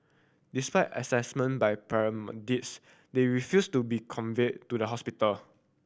despite assessment by paramedics they refused to be conveyed to the hospital